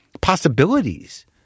possibilities